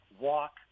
walk